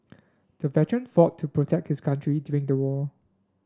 the veteran fought to protect his country during the war